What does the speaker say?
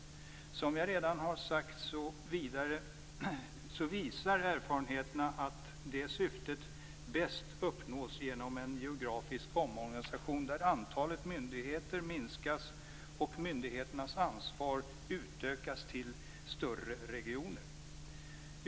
Som jag redan har sagt visar erfarenheterna att det syftet bäst uppnås genom en geografisk omorganisation där antalet myndigheter minskas och myndigheternas ansvar utökas till större regioner.